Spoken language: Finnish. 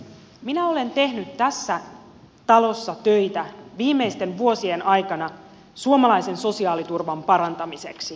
minä olen tehnyt tässä talossa töitä viimeisten vuosien aikana suomalaisen sosiaaliturvan parantamiseksi